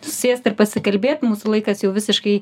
sėst ir pasikalbėt mūsų laikas jau visiškai